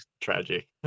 Tragic